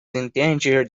endangered